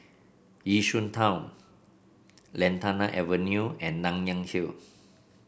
Yishun Town Lantana Avenue and Nanyang Hill